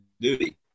duty